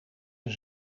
een